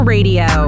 Radio